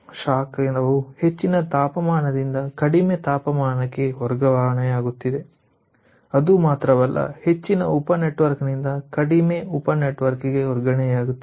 ಶಾಖವು ಹೆಚ್ಚಿನ ತಾಪಮಾನದಿಂದ ಕಡಿಮೆ ತಾಪಮಾನಕ್ಕೆ ವರ್ಗಾವಣೆಯಾಗುತ್ತಿದೆ ಅದು ಮಾತ್ರವಲ್ಲ ಹೆಚ್ಚಿನ ಉಪ ನೆಟ್ವರ್ಕ್ ನಿಂದ ಕಡಿಮೆ ಉಪ ನೆಟ್ವರ್ಕ್ ಗೆ ವರ್ಗಾವಣೆಯಾಗುತ್ತಿದೆ